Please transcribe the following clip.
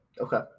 okay